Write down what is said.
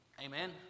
Amen